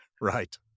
Right